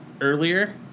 earlier